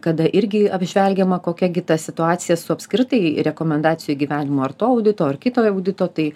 kada irgi apžvelgiama kokia gi ta situacija su apskritai rekomendacijų įgyvendinimu ar to audito ar kito audito tai